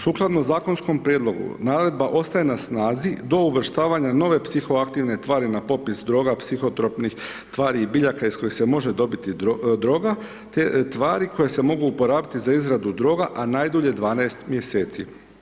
Sukladno zakonskom prijedlogu naredba ostaje na snazi do uvrštavanja nove psihoaktivne tvari na popis droga, psihotropnih tvari i biljaka iz koje se može dobiti droga, te tvari koje se mogu uporabiti za izradu droga, a najdulje 12 mj.